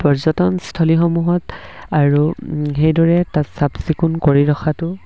পৰ্যটনস্থলীসমূহত আৰু সেইদৰে তাত চাফ চিকুণ কৰি ৰখাটো